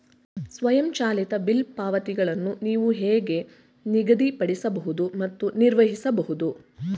ಸ್ವಯಂಚಾಲಿತ ಬಿಲ್ ಪಾವತಿಗಳನ್ನು ನೀವು ಹೇಗೆ ನಿಗದಿಪಡಿಸಬಹುದು ಮತ್ತು ನಿರ್ವಹಿಸಬಹುದು?